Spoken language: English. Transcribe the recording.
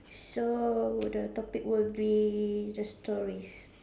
so would the topic would be the stories